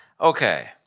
Okay